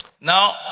Now